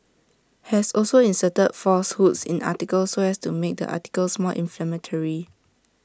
has also inserted falsehoods in articles so as to make the articles more inflammatory